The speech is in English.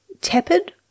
tepid